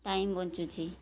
time ବଞ୍ଚୁଛି